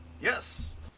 Yes